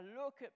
look